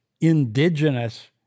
indigenous